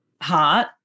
heart